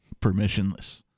Permissionless